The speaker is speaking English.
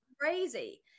crazy